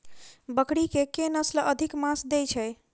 बकरी केँ के नस्ल अधिक मांस दैय छैय?